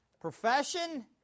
Profession